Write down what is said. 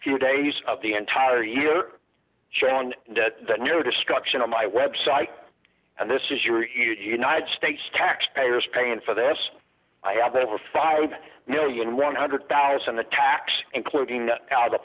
few days of the entire year show on your destruction of my web site and this is your united states taxpayers paying for this i have over five million one hundred thousand attacks including the